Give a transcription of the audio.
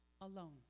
alone